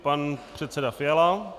Pan předseda Fiala.